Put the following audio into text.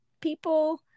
people